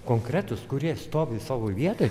konkretūs kurie stovi savo vietoj